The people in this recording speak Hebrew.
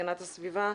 הסביבה.